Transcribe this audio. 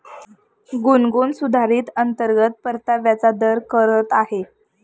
गुनगुन सुधारित अंतर्गत परताव्याचा दर करत आहे